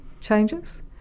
changes